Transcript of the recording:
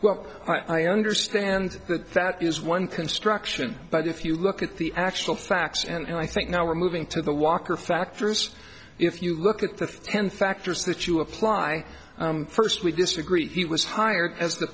well i understand that that is one construction but if you look at the actual facts and i think now we're moving to the walker factors if you look at the ten factors that you apply first we disagree he was hired